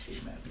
Amen